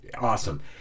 Awesome